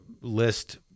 list